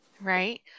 Right